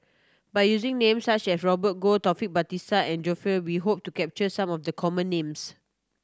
by using names such as Robert Goh Taufik Batisah and we hope to capture some of the common names